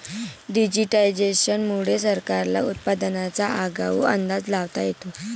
digitisation मुळे सरकारला उत्पादनाचा आगाऊ अंदाज लावता येतो